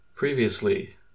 Previously